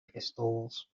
pistols